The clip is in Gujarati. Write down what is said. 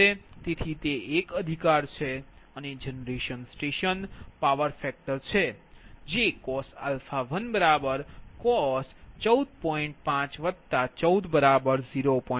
તેથી તે 1 અધિકાર છે અને જનરેશન સ્ટેશન પાવર ફેક્ટર છે જે cos 1 cos 14